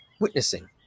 witnessing